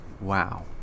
Wow